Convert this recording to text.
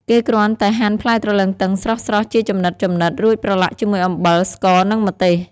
គេគ្រាន់តែហាន់ផ្លែទ្រលឹងទឹងស្រស់ៗ ជាចំណិតៗ រួចប្រឡាក់ជាមួយអំបិល ស្ករ និងម្ទេស។